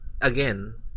Again